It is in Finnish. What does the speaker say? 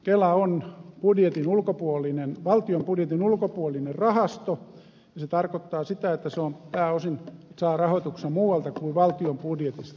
kela on valtion budjetin ulkopuolinen rahasto ja se tarkoittaa sitä että se saa pääosin rahoituksensa muualta kuin valtion budjetista